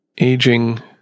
aging